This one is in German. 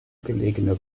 gelegene